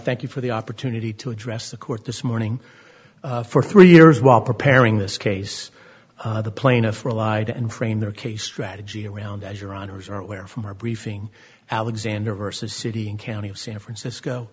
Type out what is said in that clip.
thank you for the opportunity to address the court this morning for three years while preparing this case the plaintiff relied and frame their case strategy around as your honour's are aware from our briefing alexander versus city and county of san francisco